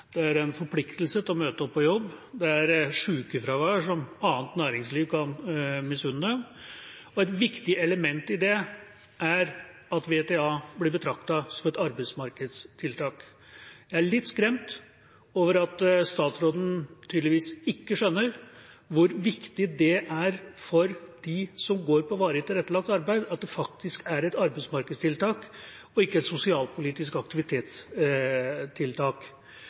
det er en forpliktelse til å møte opp på jobb, det er et sykefravær som annet næringsliv kan misunne dem. Et viktig element i dette er at VTA blir betraktet som et arbeidsmarkedstiltak. Jeg er litt skremt over at statsråden tydeligvis ikke skjønner hvor viktig det er for dem som går på varig tilrettelagt arbeid, at det er et arbeidsmarkedstiltak og ikke et sosialpolitisk aktivitetstiltak.